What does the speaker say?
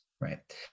Right